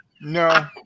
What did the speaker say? No